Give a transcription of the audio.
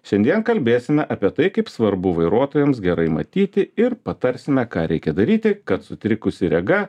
šiandien kalbėsime apie tai kaip svarbu vairuotojams gerai matyti ir patarsime ką reikia daryti kad sutrikusi rega